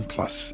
Plus